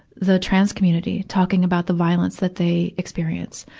the trans community talking about the violence that they experience?